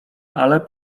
ale